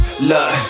Look